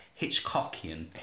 Hitchcockian